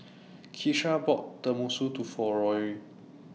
Keesha bought Tenmusu to For Rory